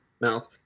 mouth